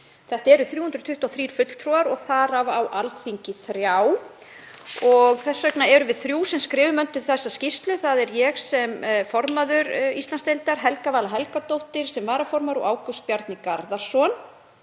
Þetta eru 323 fulltrúar og þar af á Alþingi þrjá og þess vegna erum við þrjú sem skrifum undir þessa skýrslu. Það er ég, sem formaður Íslandsdeildar, Helga Vala Helgadóttir, sem varaformaður, og Ágúst Bjarni Garðarsson.